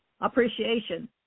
appreciation